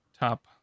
top